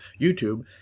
YouTube